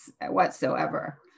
whatsoever